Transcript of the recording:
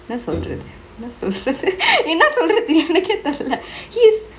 என்னா சொல்ரது என்னா சொல்ரது என்னா சொல்ரது எனக்கே தெரில:enna soldratu enna soldratu enna soldratu enake terile he is